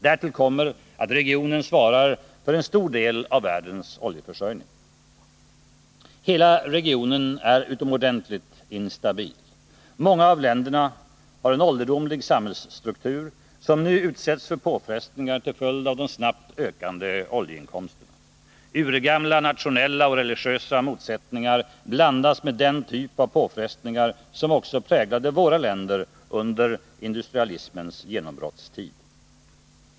Därtill kommer att regionen svarar för en stor del av världens oljeförsörjning. Hela regionen är utomordentligt instabil. Många av länderna har en ålderdomlig samhällsstruktur, som nu utsätts för påfrestningar till följd av de snabbt ökande oljeinkomsterna. Urgamla nationella och religiösa motsättningar blandas med den typ av påfrestningar som också präglade våra länder under industrialismens genombrottstid.